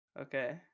Okay